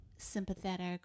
sympathetic